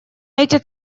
эти